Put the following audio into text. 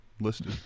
listed